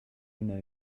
know